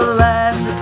land